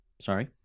Sorry